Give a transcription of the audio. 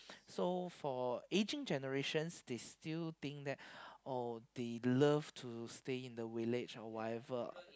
so for aging generations they still think that oh they love to stay in the village or whatever